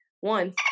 one